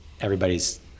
everybody's